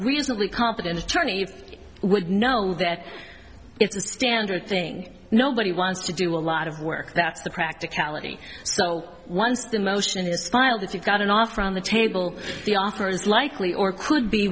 reasonably competent attorney would know that it's a standard thing nobody wants to do a lot of work that's the practicality so once the motion is spiled that you've got an offer on the table the author is likely or could be